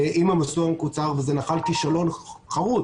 וזה נחל כישלון חרוץ,